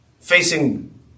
facing